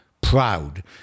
proud